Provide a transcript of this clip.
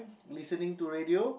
listening to radio